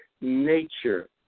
nature